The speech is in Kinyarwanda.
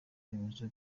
remezo